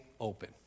open